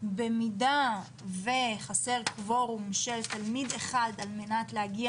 במידה שחסר קוורום של תלמיד אחד על מנת להגיע